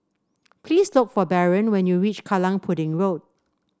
please look for Barron when you reach Kallang Pudding Road